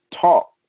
talk